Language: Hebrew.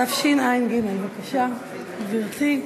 התשע"ג 2013. בבקשה, גברתי.